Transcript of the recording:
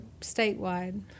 statewide